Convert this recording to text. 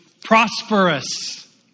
prosperous